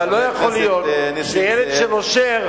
אבל לא יכול להיות שילד נושר,